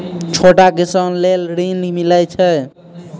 छोटा किसान लेल ॠन मिलय छै?